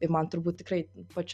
ir man turbūt tikrai ypač